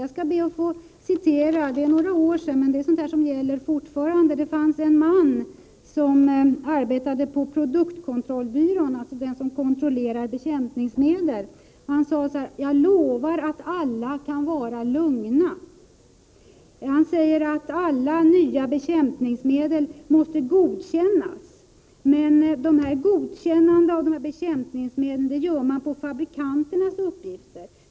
Jag skall be att få referera ett uttalande som gjordes för några år sedan men som gäller fortfarande. Det var en man som arbetade på produktkontrollbyrån, som kontrollerar bekämpningsmedel. Han sade: Jag lovar att alla kan vara lugna — alla nya bekämpningsmedel måste godkännas. Men godkännandet av dessa bekämpningsmedel görs på fabrikanternas uppgifter.